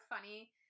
funny